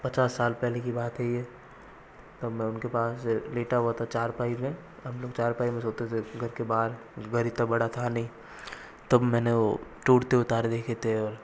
पचास साल पहले की बात है ये तब मैं उनके पास लेटा हुआ था चारपाई में हम लोग चारपाई में सोते थे घर के बाहर घर इतना बड़ा था नहीं तब मैंने वो टूटते हुए तारे देखे थे और